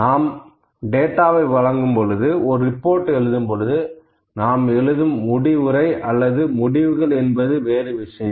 நாம் டேட்டாவை வழங்கும்போது ஒரு ரிப்போர்ட் எழுதும்போது நாம் எழுதும் முடிவுரை அல்லது முடிவுகள் என்பது வேறு விஷயம்